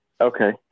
Okay